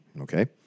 Okay